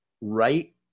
right